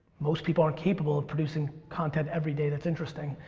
most people aren't capable of producing content everyday that's interesting,